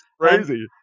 crazy